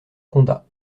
condat